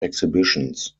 exhibitions